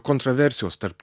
kontroversijos tarp